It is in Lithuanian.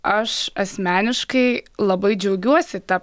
aš asmeniškai labai džiaugiuosi ta